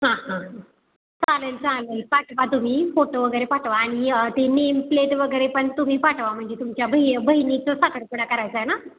हां हां चालेल चालेल पाठवा तुम्ही फोटो वगैरे पाठवा आणि ते नेमप्लेट वगैरे पण तुम्ही पाठवा म्हणजे तुमच्या भै बहिणीचं साखरपुडा करायचा आहे ना